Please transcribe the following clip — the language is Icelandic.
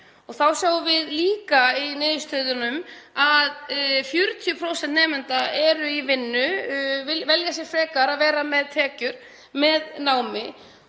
Þá sjáum við líka í niðurstöðunum að 40% nemenda eru í vinnu, velja sér frekar að vera með tekjur með námi.